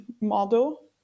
model